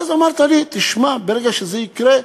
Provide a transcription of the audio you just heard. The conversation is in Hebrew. ואז אמרת לי: תשמע, ברגע שזה יקרה,